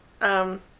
Um-